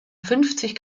fünfzig